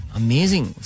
amazing